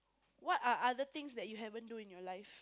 what are other things that you haven't do in your life